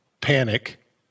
panic